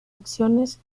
acciones